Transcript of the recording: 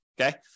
okay